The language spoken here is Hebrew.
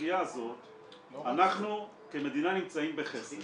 אנחנו כמדינה נמצאים בחסר